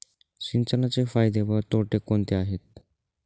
सिंचनाचे फायदे व तोटे कोणते आहेत?